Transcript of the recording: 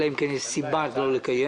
אלא אם כן יש סיבה לא לקיים,